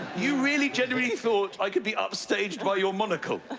you really genuinely thought i could be upstaged by your monocle?